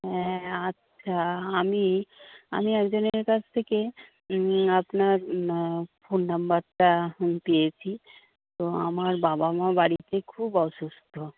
হ্যাঁ আচ্ছা আমি আমি একজনের কাছ থেকে আপনার ফোন নম্বারটা পেয়েছি তো আমার বাবা মা বাড়িতে খুব অসুস্থ